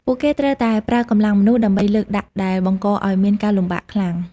ពួកគេត្រូវតែប្រើកម្លាំងមនុស្ស ដើម្បីលើកដាក់ដែលបង្កឱ្យមានការលំបាកខ្លាំង។